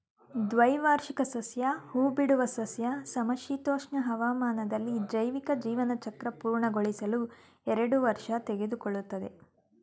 ದ್ವೈವಾರ್ಷಿಕ ಸಸ್ಯ ಹೂಬಿಡುವ ಸಸ್ಯ ಸಮಶೀತೋಷ್ಣ ಹವಾಮಾನದಲ್ಲಿ ಜೈವಿಕ ಜೀವನಚಕ್ರ ಪೂರ್ಣಗೊಳಿಸಲು ಎರಡು ವರ್ಷ ತೆಗೆದುಕೊಳ್ತದೆ